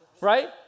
right